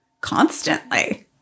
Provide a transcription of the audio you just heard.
constantly